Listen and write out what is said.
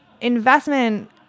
investment